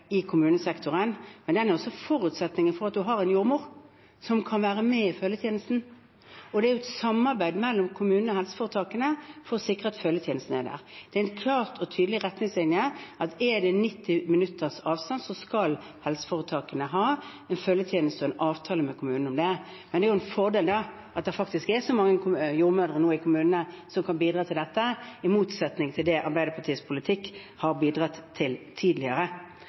i kommunesektoren. Men den er altså forutsetningen for at man har en jordmor som kan være med i følgetjenesten. Det er et samarbeid mellom kommunene og helseforetakene for å sikre at følgetjenesten er der. Det er en klar og tydelig retningslinje om at er det 90 minutters avstand, skal helseforetakene gjøre en avtale med kommunene om følgetjeneste. Det er en fordel nå at det faktisk er så mange jordmødre i kommunene som kan bidra til dette, i motsetning til det Arbeiderpartiets politikk har bidratt til tidligere.